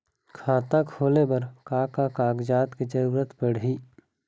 खाता खोले बर का का कागजात के जरूरत पड़ही?